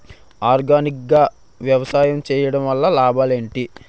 Organic గా వ్యవసాయం చేయడం వల్ల లాభాలు ఏంటి?